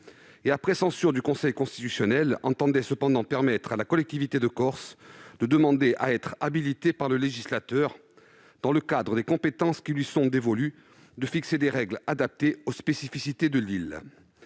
après censure du Conseil constitutionnel, permet cependant à la collectivité de Corse de demander à être habilitée par le législateur, dans le cadre des compétences qui lui sont dévolues, à fixer des règles adaptées aux spécificités de l'île.